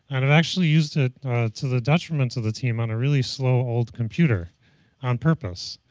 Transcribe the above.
and i've actually used it to the detriment of the team on a really slow old computer on purpose